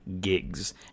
gigs